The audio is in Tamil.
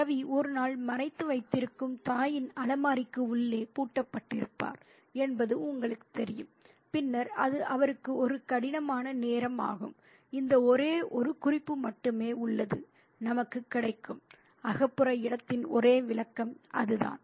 ரவி ஒரு நாள் மறைத்து வைத்திருக்கும் தாயின் அலமாரிக்கு உள்ளே பூட்டப்பட்டிருப்பார் என்பது உங்களுக்குத் தெரியும் பின்னர் அது அவருக்கு ஒரு கடினமான நேரம் ஆகும் இந்த ஒரே ஒரு குறிப்பு மட்டுமே உள்ளது நமக்கு கிடைக்கும் அகப்புற இடத்தின் ஒரே விளக்கம் அதுதான்